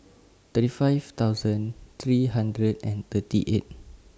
thirty five thousand three hundred and thirty eight